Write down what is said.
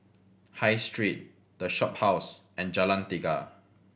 High Street The Shophouse and Jalan Tiga